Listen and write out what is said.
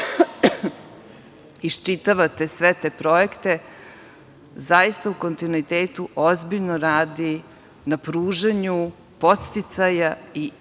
iščitavate sve te projekte zaista u kontinuitetu ozbiljno radi na pružanju podsticaja i